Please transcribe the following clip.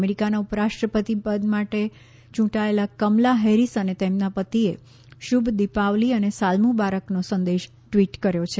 અમેરિકાના ઉપરાષ્ટ્રપતિ પદ માટે યૂંટાયેલા કમલા હેરિસ અને તેમના પતિએ શુભ દિપાવલી અને સાલમુબારકનો સંદેશ ટ્વીટ કર્યો છે